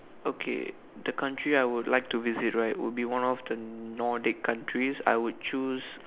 okay the country I would I like to visit right would be one of the northen countries I would choose